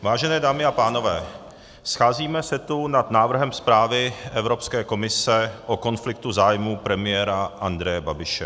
Vážené dámy a pánové, scházíme se tu nad návrhem zprávy Evropské komise o konfliktu zájmů premiéra Andreje Babiše.